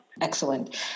Excellent